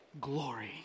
glory